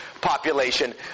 population